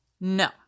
No